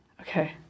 Okay